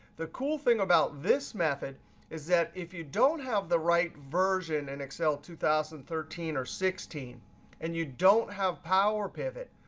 the cool thing about this method is that if you don't have the right version in excel two thousand and thirteen or sixteen and you don't have power pivot,